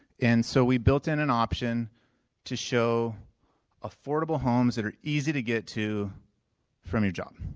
and so we built in an option to show affordable homes that are easy to get to from your job.